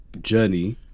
journey